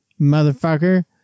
motherfucker